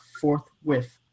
forthwith